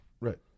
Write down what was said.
Right